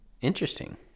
Interesting